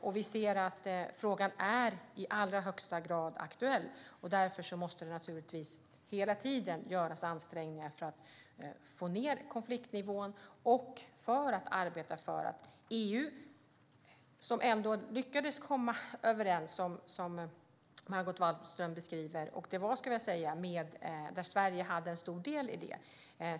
Vi ser alltså att frågan är i allra högsta grad aktuell, och därför måste det naturligtvis hela tiden göras ansträngningar för att få ned konfliktnivån och för att arbeta för att EU ska komma överens, vilket man ändå lyckades med, som Margot Wallström beskriver. Sverige hade, skulle jag vilja säga, en stor del i det.